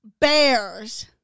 bears